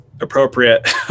appropriate